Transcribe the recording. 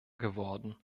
geworden